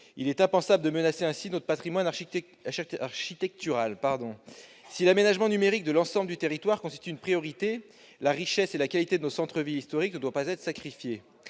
Il est impensable de menacer ainsi notre patrimoine architectural. Si l'aménagement numérique de l'ensemble du territoire constitue une priorité, la richesse et la qualité de nos centres-villes historiques ne doivent pas être sacrifiées.